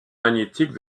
magnétique